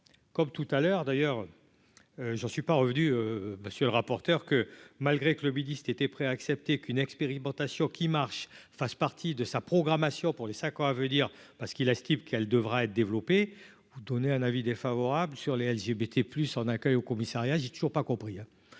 comme tout à l'heure d'ailleurs je ne suis pas revenue, monsieur le rapporteur, que. Malgré que le midi était prêt à accepter qu'une expérimentation qui marche fasse partie de sa programmation pour les 5 ans à venir, parce qu'il estime qu'elle devra être développé ou donner un avis défavorable sur les LGBT plus en accueil au commissariat, j'ai toujours pas compris,